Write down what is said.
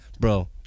bro